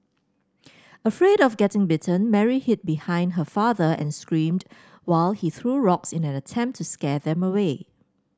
afraid of getting bitten Mary hid behind her father and screamed while he threw rocks in an attempt to scare them away